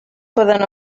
poden